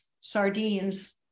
sardines